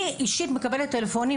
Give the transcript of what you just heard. אני אישית מקבלת טלפונית,